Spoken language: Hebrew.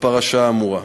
בפרשה האמורה.